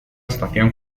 estación